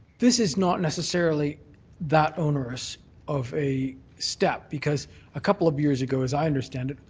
this is not necessarily that onerous of a step because a couple of years ago, as i understand it,